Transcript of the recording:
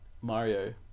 Mario